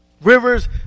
Rivers